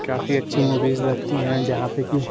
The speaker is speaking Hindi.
काफ़ी अच्छी मूवीज़ लगती हैं जहाँ पर कि